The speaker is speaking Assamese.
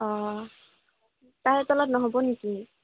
অঁ তাৰ তলত নহ'ব নেকি